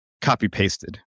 copy-pasted